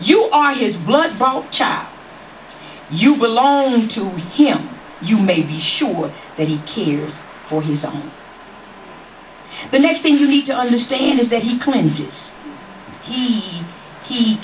you are his blood but child you belong to him you may be sure that he cares for himself the next thing you need to understand is that he clinches he he